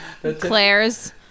Claire's